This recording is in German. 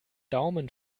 daumen